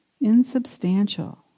insubstantial